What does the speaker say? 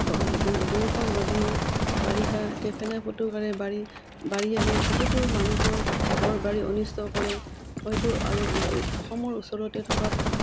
দুই দুয়োখন নদীয়ে বাৰিষা ফেনে ফোটোকাৰে বাঢ়ি বাঢ়ি আহি বহুতো মানুহৰ ঘৰ বাৰী অনিষ্ট কৰে হয়তো আৰু অসমৰ ওচৰতে থকা